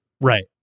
Right